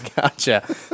gotcha